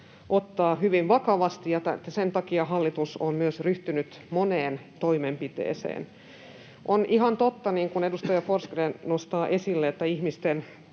ottaa hyvin vakavasti, ja sen takia hallitus on myös ryhtynyt moneen toimenpiteeseen. On ihan totta, niin kuin edustaja Forsgrén nostaa esille, että ihmisten